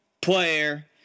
player